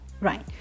Right